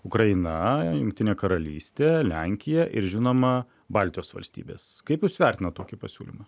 ukraina jungtinė karalystė lenkija ir žinoma baltijos valstybės kaip jūs vertinat tokį pasiūlymą